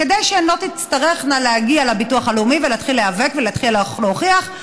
כדי שהן לא תצטרכנה להגיע לביטוח הלאומי ולהתחיל להיאבק ולהתחיל להוכיח.